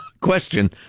question